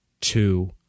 two